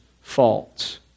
faults